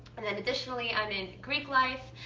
and then additionally, i'm in greek life.